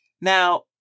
Now